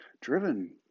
driven